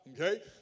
Okay